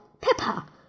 Peppa